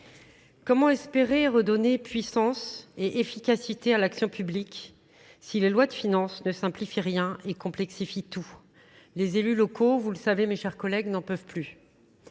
Comment espérer redonner puissance et efficacité à l'action publique si les lois de finances ne simplifient rien et complexifient tout ? Les élus locaux, vous le savez mes chers collègues, n'en peuvent plus.